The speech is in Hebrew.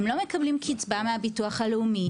הם לא מקבלים קצבה מהביטוח הלאומי,